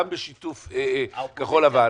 גם בשיתוף כחול לבן.